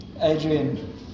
Adrian